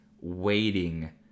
waiting